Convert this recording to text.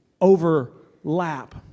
overlap